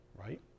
Right